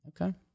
Okay